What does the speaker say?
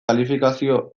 kalifikazio